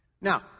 Now